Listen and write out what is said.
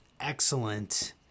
Excellent